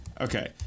Okay